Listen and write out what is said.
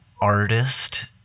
artist